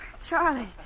Charlie